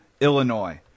Illinois